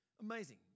amazing